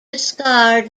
discard